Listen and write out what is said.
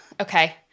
okay